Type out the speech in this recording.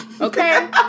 Okay